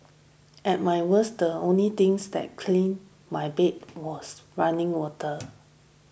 at my worst the only things that clean my bed was running water